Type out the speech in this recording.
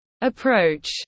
approach